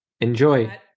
Enjoy